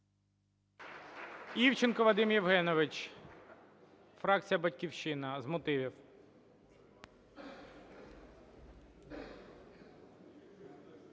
Івченко Вадим Євгенович, фракція "Батьківщина", з мотивів.